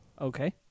Okay